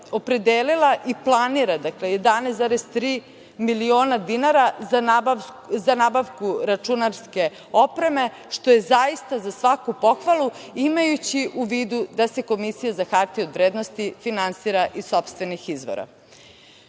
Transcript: opredelila i planira 11,3 miliona dinara za nabavku računarske opreme, što je zaista za svaku pohvalu, imajući u vidu da se Komisija za hartije od vrednosti finansira iz sopstvenih izvora. Kada